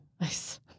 nice